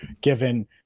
given